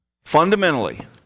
Fundamentally